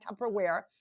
Tupperware